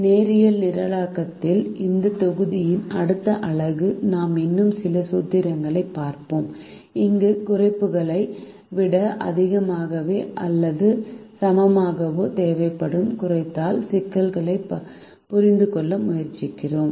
நேரியல் நிரலாக்கத்தில் இந்த தொகுதியின் அடுத்த அலகு நாம் இன்னும் சில சூத்திரங்களைப் பார்ப்போம் அங்கு குறைப்புகளை விட அதிகமாகவோ அல்லது சமமாகவோ தேவைப்படும் குறைத்தல் சிக்கல்களைப் புரிந்துகொள்ள முயற்சிக்கிறோம்